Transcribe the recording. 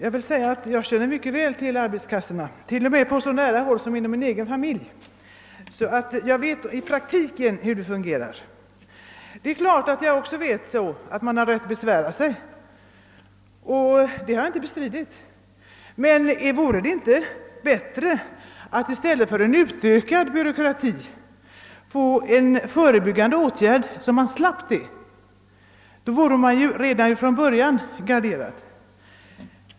Herr talman! Jag känner mycket väl till arbetslöshetskassorna, t.o.m. på så nära håll som genom min egen familj, och jag vet alltså hur de i praktiken fungerar. Självfallet känner jag också till att man har rätt att besvära sig, och jag har inte heller bestridit detta. Men vore det inte bättre att i stället för en utökad byråkrati sätta in förebyggande åtgärder? Då vore man redan från början garderad.